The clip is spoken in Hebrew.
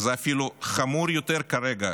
וזה אפילו חמור יותר כרגע,